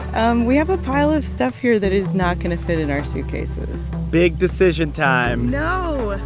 and we have a pile of stuff here that is not going to fit in our suitcases big decision time no.